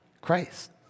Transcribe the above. Christ